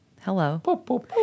hello